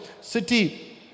city